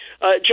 John